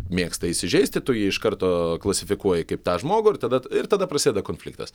mėgsta įsižeisti tu jį iš karto klasifikuoji kaip tą žmogų ir tada ir tada prasideda konfliktas